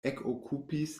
ekokupis